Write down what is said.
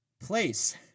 Place